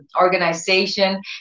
organization